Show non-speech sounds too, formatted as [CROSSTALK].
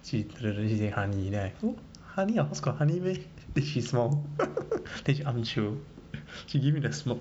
she [NOISE] say honey then I oh honey ah our house got honey meh then she smile [LAUGHS] then she ask me chill she give me the smirk